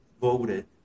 voted